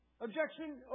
Objection